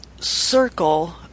circle